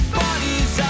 bodies